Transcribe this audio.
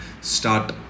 start